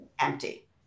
empty